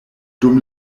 dum